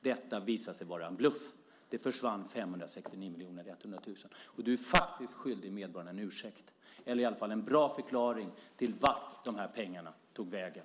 Detta visade sig vara en bluff. 569 100 000 kr försvann. Du är faktiskt skyldig medborgarna en ursäkt eller i alla fall en bra förklaring om vart de här pengarna tog vägen.